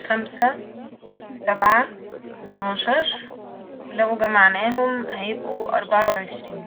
خمسة و ثبعة و اتناشر ولو جمعناهم هيبقو أربعة وعشرين